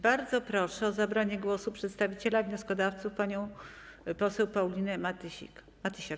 Bardzo proszę o zabranie głosu przedstawiciela wnioskodawców panią poseł Paulinę Matysiak.